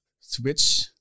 switch